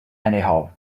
anyhow